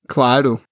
Claro